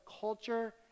culture